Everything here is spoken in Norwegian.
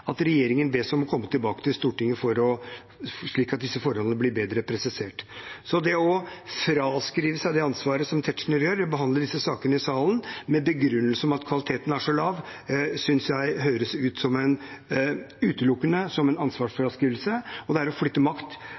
at regjeringen bes om å komme tilbake til Stortinget, slik at disse forholdene blir bedre presisert. Det å fraskrive seg ansvaret med å behandle disse sakene i salen – som Tetzschner gjør med begrunnelsen at kvaliteten er så lav – synes jeg utelukkende høres ut som en ansvarsfraskrivelse. Det er å flytte makt